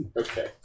Okay